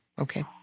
Okay